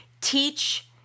teach